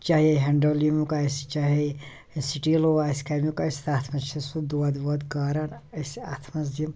چاہے ہیٚنڈلومُک آسہِ چاہے سٹیٖلوٗ آسہِ کمیٛوک آسہِ تتھ مَنٛز چھِ سُہ دۄدھ وۄدھ کاران أسۍ اتھ مَنٛز یِم